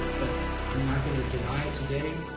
but i'm not gonna deny it today,